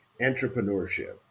entrepreneurship